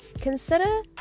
consider